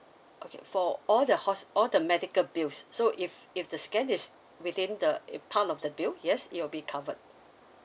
okay for all the hos~ all the medical bills so if if the scan is within the a part of the bill yes it will be covered